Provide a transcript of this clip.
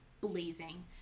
blazing